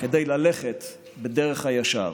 כדי ללכת בדרך הישר.